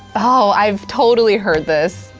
oh, i've totally heard this.